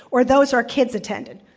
or those our kids attended.